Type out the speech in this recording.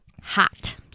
hot